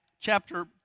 chapter